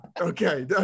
Okay